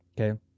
okay